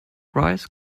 rice